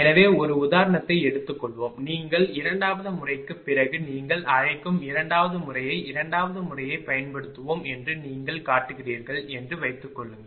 எனவே ஒரு உதாரணத்தை எடுத்துக் கொள்வோம் நீங்கள் இரண்டாவது முறைக்கு பிறகு நீங்கள் அழைக்கும் இரண்டாவது முறையை இரண்டாவது முறையைப் பயன்படுத்துவோம் என்று நீங்கள் காட்டுகிறீர்கள் என்று வைத்துக் கொள்ளுங்கள்